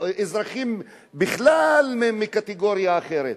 כאזרחים בכלל מקטגוריה אחרת?